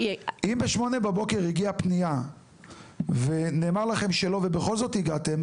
אם בשמונה בבוקר הגיעה פנייה ונאמר לכם שלא ובכל זאת הגעתם,